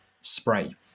spray